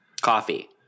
Coffee